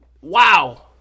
Wow